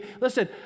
listen